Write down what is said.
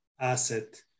asset